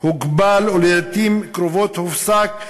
הוגבל ולעתים קרובות הופסק לחלוטין.